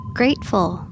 grateful